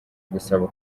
gusaba